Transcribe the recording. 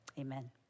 Amen